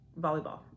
volleyball